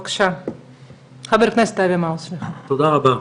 תודה רבה.